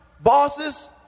bosses